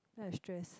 then I stress